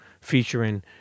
featuring